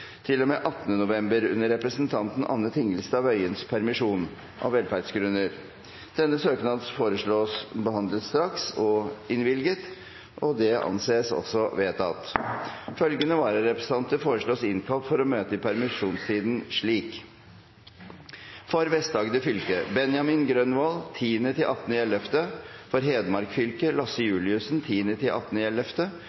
november under representanten Anne Tingelstad Wøiens permisjon, av velferdsgrunner. Etter forslag fra presidenten ble enstemmig besluttet: Søknadene behandles straks og innvilges. Følgende vararepresentanter innkalles for å møte i permisjonstiden: For Vest-Agder fylke: Benjamin Grønvold, 10.–18. november For Hedmark fylke: Lasse Juliussen,